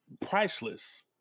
priceless